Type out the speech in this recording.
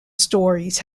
stories